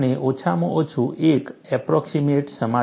આપણે ઓછામાં ઓછું એક એપ્રોક્સીમેટ સમાધાન ઇચ્છીએ છીએ